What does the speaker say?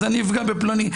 אז אני אפגע בפלוני.